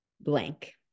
blank